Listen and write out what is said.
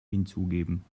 hinzugeben